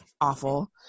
awful